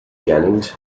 jennings